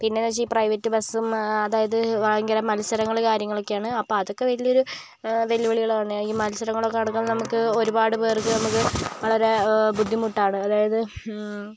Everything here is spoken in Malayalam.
പിന്നെ എന്ന് വെച്ചാൽ ഈ പ്രൈവറ്റ് ബസും അതായത് ഭയങ്കര മത്സരങ്ങള് കാര്യങ്ങളൊക്കെ ആണ് അപ്പം അതൊക്കെ വലിയ ഒരു വെല്ലിവിളി ആകുന്നെ ഈ മത്സരങ്ങൊളൊക്കെ നമുക്ക് ഒരുപാട് പേർക്ക് നമുക്ക് വളരെ ബുദ്ധിമുട്ട് ആണ് അതായത്